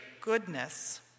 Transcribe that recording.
goodness